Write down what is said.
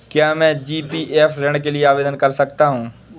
क्या मैं जी.पी.एफ ऋण के लिए आवेदन कर सकता हूँ?